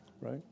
right